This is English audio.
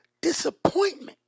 disappointment